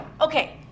Okay